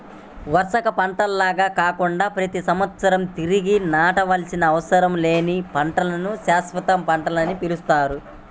వార్షిక పంటల్లాగా కాకుండా ప్రతి సంవత్సరం తిరిగి నాటవలసిన అవసరం లేని పంటలను శాశ్వత పంటలని పిలుస్తారు